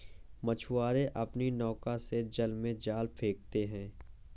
मछुआरे अपनी नौका से जल में जाल फेंकते हैं